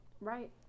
right